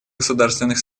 государственных